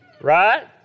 Right